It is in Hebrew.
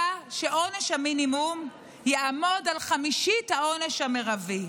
שעונש המינימום יעמוד על חמישית העונש המרבי,